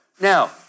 Now